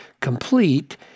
complete